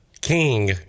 king